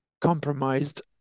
compromised